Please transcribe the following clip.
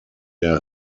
der